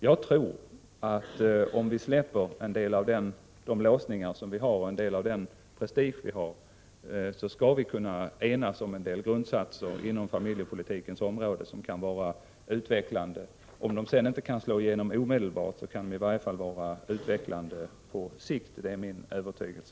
Jag tror att om vi släpper en del av de låsningar och den prestige vi har, så skall vi kunna enas om en del grundsatser inom familjepolitikens område som kan vara utvecklande. Om de sedan inte kan slå igenom omedelbart, så kan de i varje fall vara utvecklande på sikt — det är min övertygelse.